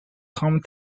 home